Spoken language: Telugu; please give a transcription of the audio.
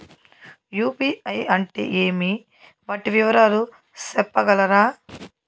యు.పి.ఐ అంటే ఏమి? వాటి వివరాలు సెప్పగలరా?